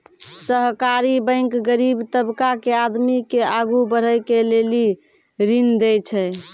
सहकारी बैंक गरीब तबका के आदमी के आगू बढ़ै के लेली ऋण देय छै